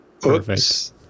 Perfect